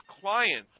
client's